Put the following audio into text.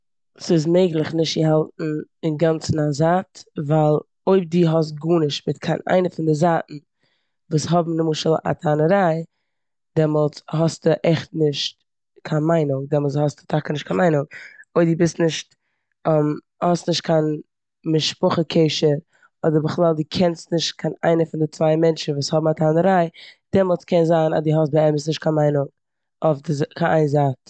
ס'איז מעגליך נישט צו האלטן אינגאנצן א זייט ווייל אויב דו האסט גארנישט מיט קיין איינע פון די זייטן וואס האבן למשל א טענה'ריי דעמאלטס האסטו עכט נישט קיין מיינונג, דעמאלטס האסטו טאקע נישט קיין מיינונג. אויב דו ביסט נישט- האסט נישט קיין משפחה קשר אדער בכלל דו קענסט נישט קיין איינער פון די צוויי מענטשן וואס האבן א טענה'ריי דעמאלטס קען זיין אז די האסט באמת נישט קיין מיינונג אויף- אויף קיין איין זייט.